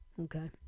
Okay